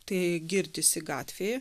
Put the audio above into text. tai girdisi gatvėje